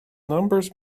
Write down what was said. numbers